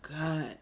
God